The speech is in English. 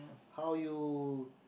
how you